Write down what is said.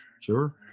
Sure